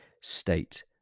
state